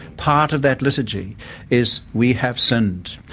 part of that liturgy is, we have sinned.